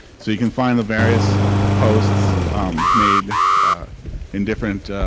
so you can find the various posts made in different,